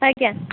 ଆଜ୍ଞା